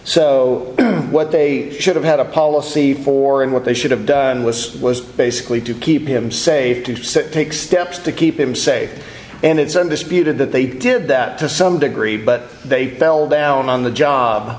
so what they should have had a policy for and what they should have done was was basically to keep him safe to say take steps to keep him safe and it's undisputed that they did that to some degree but they fell down on the job